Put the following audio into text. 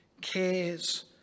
cares